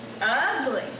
ugly